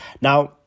now